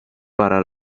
para